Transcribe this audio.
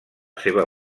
seva